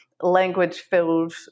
language-filled